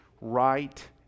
right